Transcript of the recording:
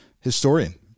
historian